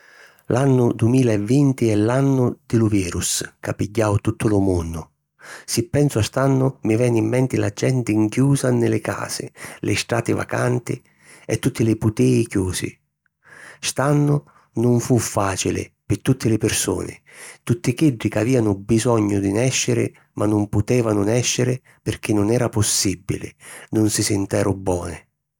L'annu dumila e vinti è l’annu di lu virus ca pigghiau tuttu lu munnu. Si pensu a st'annu, mi veni in menti la genti nchiusa nni li casi, li strati vacanti e tuttu li putìi chiusi. St'annu nun fu fàcili pi tutti li pirsuni; tutti chiddi ca avìanu bisognu di nèsciri ma nun putèvanu nèsciri pirchì nun era possìbili, nun si sinteru boni.